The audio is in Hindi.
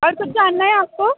और कुछ जानना है आपको